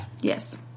Yes